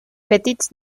petits